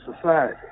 Society